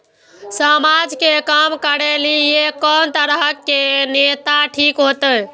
समाज के काम करें के ली ये कोन तरह के नेता ठीक होते?